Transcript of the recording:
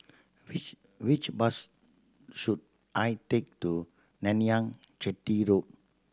which which bus should I take to Narayanan Chetty Road